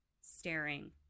staring